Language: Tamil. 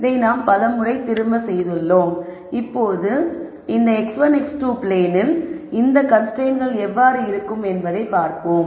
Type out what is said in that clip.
இதை நாம் பலமுறை திரும்ப செய்துள்ளோம் இப்போது இந்த x1 x2 பிளேனில் இந்த கன்ஸ்ரைன்ட்ஸ்கள் எவ்வாறு இருக்கும் என்பதைப் பார்ப்போம்